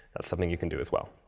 that's something you can do as well.